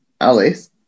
Alice